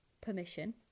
permission